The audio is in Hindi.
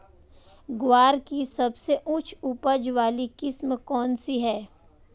ग्वार की सबसे उच्च उपज वाली किस्म कौनसी है?